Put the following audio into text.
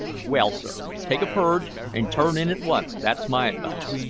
well, sir, take a purge, and turn in at once, that's my advice.